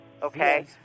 Okay